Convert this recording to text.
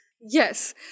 Yes